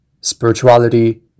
spirituality